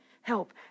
help